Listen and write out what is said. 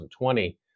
2020